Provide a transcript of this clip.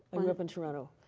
um grew up in toronto.